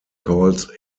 calls